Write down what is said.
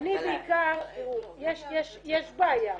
יש בעיה.